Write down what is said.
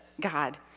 God